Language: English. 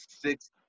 six